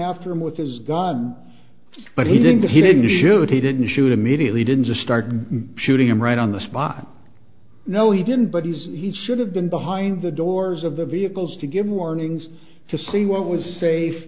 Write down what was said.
after him with his gun but he didn't he didn't do it he didn't shoot immediately didn't just start shooting him right on the spot no he didn't but he's he should have been behind the doors of the vehicles to give warnings to see what was safe